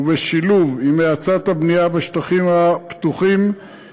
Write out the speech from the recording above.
ובשילוב עם האצת הבנייה בשטחים הפתוחים,